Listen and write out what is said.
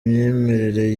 imyemerere